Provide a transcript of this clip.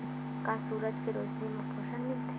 का सूरज के रोशनी म पोषण मिलथे?